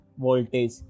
voltage